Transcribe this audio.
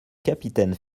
capitaine